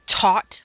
taught